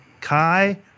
Kai